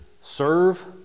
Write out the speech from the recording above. Serve